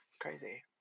crazy